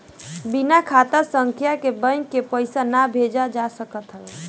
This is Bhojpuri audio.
बिना खाता संख्या के बैंक के पईसा ना भेजल जा सकत हअ